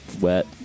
Wet